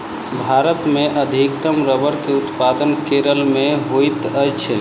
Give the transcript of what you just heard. भारत मे अधिकतम रबड़ के उत्पादन केरल मे होइत अछि